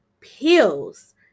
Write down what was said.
pills